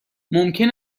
ممکن